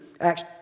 Acts